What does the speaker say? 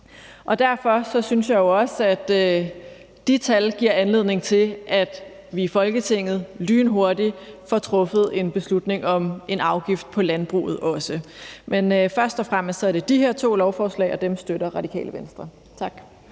Derfor synes jeg jo også, at de tal giver anledning til, at vi i Folketinget lynhurtigt også skal få truffet en beslutning om en afgift på landbruget. Men først og fremmest er det de her to lovforslag, det handler om, og dem støtter Radikale Venstre. Tak.